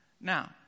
Now